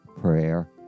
prayer